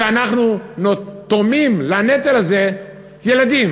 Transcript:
ואנחנו תורמים לנטל הזה ילדים